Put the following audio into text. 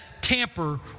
tamper